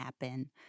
happen